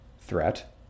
threat